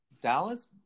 Dallas